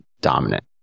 dominant